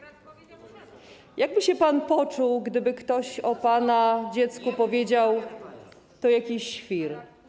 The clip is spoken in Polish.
Jak pan by się poczuł, gdyby ktoś o pana dziecku powiedział: to jakiś świr?